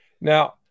now